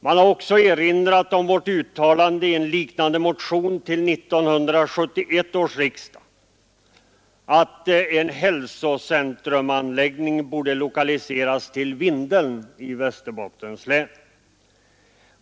Man har också erinrat om vårt uttalande i en liknande motion till 1971 års riksdag att en hälsocentrumanläggning borde lokaliseras till Vindeln i Västerbottens län.